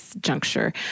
juncture